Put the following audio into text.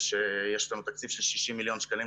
אחת מהפעימות או לפני כל אחת מהפעימות ותוך כדי כל אחת מהפעימות,